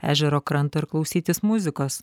ežero kranto ir klausytis muzikos